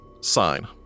sign